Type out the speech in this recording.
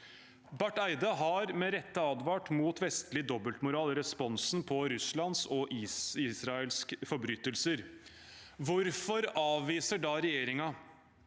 Barth Eide har med rette advart mot vestlig dobbeltmoral i responsen på Russlands og Israels forbrytelser. Hvorfor avviser da regjeringen